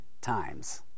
times